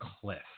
cliff